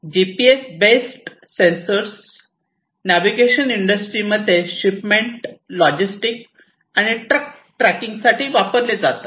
GPS base sensors navigation इंडस्ट्रीमध्ये shipment logistic आणि truck tracking साठी वापरले जातात